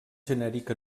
genèric